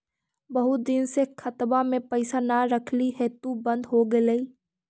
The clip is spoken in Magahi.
बहुत दिन से खतबा में पैसा न रखली हेतू बन्द हो गेलैय?